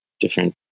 different